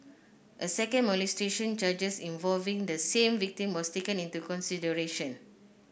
a second molestation charge involving the same victim was taken into consideration